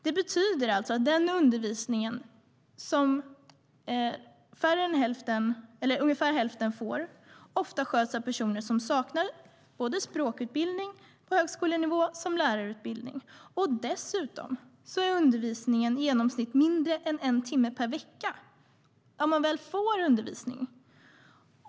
Det betyder alltså att den undervisning som ungefär hälften får del av ofta sköts av personer som saknar såväl språkutbildning på högskolenivå som lärarutbildning. Dessutom är undervisningstiden i genomsnitt mindre än en timme per vecka för de elever som får undervisning.